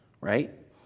right